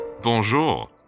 Bonjour